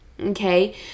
Okay